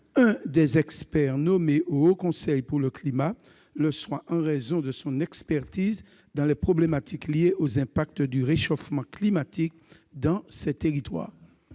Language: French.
un des experts nommés au Haut Conseil pour le climat le soit en raison de son expertise dans les problématiques liées aux incidences du réchauffement climatique dans ces territoires.